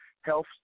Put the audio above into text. health